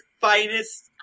finest